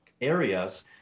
areas